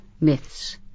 myths